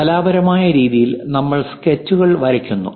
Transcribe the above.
ഒരു കലാപരമായ രീതിയിൽ നമ്മൾ സ്കെച്ചുകൾ വരയ്ക്കുന്നു